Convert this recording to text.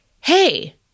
Hey